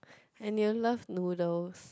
and you'll love noodles